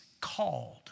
called